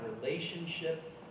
relationship